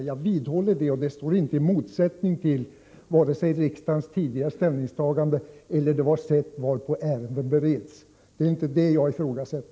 Kravet på ett uttalande står inte i motsättning till vare sig riksdagens tidigare ställningstagande eller det sätt varpå ärenden bereds— det är inte det som jag ifrågasatt.